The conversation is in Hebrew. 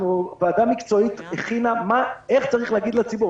ועדה מקצועית הכינה את ההמלצות איך צריך להגיד לציבור.